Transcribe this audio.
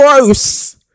gross